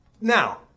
Now